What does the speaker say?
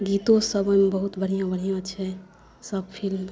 गीतोसभ ओहिमे बहुत बढ़िआँ बढ़िआँ छै सभ फिल्म